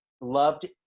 loved